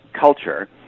culture